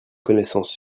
connaissance